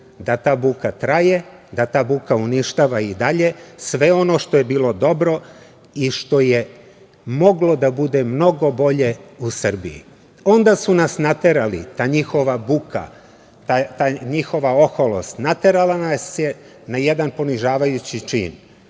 da ta buka traje, da ta buka uništava i dalje sve ono što je bilo dobro i što je moglo da bude mnogo bolje u Srbiji. Onda su nas naterali, ta njihova buka, ta njihova oholost, naterala nas je na jedan ponižavajući čin,